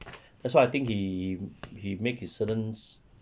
that's why I think he he make certains